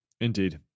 Indeed